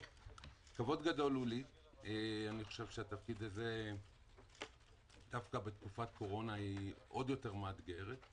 אני חושב שהתפקיד הזה בתקופת קורונה עוד יותר מאתגר.